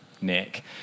Nick